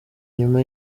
nyuma